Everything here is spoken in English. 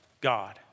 God